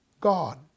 God